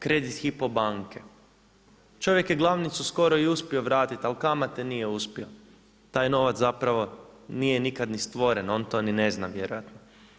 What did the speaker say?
Kredite Hypo banke, čovjek je glavnicu skoro i uspio vratiti ali kamate nije uspio, taj novac zapravo nije nikad ni stvoren, on to ni ne zna, vjerojatno.